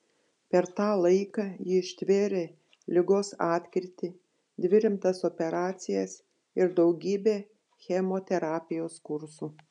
per tą laiką ji ištvėrė ligos atkrytį dvi rimtas operacijas ir daugybę chemoterapijos kursų